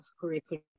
curriculum